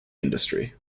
industry